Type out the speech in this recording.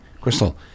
Crystal